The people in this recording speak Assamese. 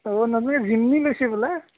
অঁ নতুনকৈ জিমনী লৈছি বোলে